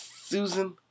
Susan